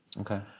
Okay